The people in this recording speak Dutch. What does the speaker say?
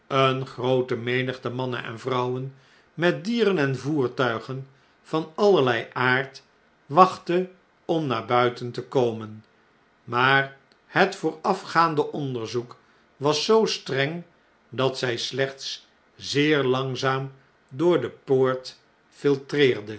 eene groote menigte mannen en vrouwen met dieren en voertuigen van allerlei aard wachtte om naar buiten te komen maar het voorafgaande onderzoek was zoo streng dat zij slechts zeer langzaam door de